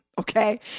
Okay